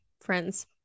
friends